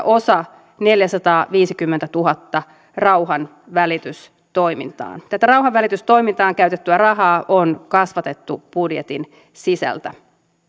osa neljäsataaviisikymmentätuhatta rauhanvälitystoimintaan tätä rauhanvälitystoimintaan käytettyä rahaa on kasvatettu budjetin sisältä